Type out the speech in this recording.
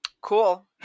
Cool